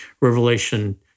Revelation